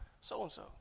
so-and-so